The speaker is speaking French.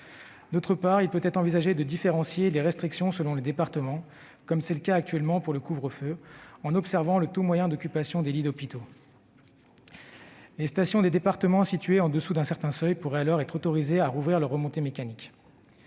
d'autre part, envisager de différencier les restrictions selon les départements, comme c'est le cas actuellement pour le couvre-feu, en observant le taux moyen d'occupation des lits d'hôpitaux. Les stations des départements situés au-dessous d'un certain seuil pourraient alors être autorisées à rouvrir leurs remontées mécaniques.